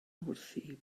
wrthi